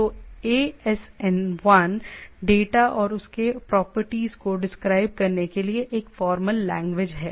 तो ASN 1 data और उसके प्रॉपर्टीज को डिस्क्राइब करने के लिए एक फॉर्मल लैंग्वेज है